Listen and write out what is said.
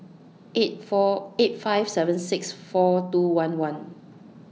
eight four eight five seven six four two one one